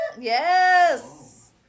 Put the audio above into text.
Yes